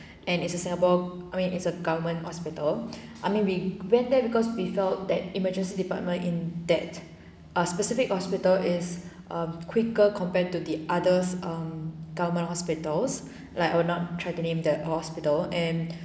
and it's a singapore I mean is a government hospital I mean we went there because we thought that emergency department in that ah specific hospital is uh quicker compared to the others um government hospitals like or not try to name the hospital and